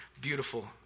beautiful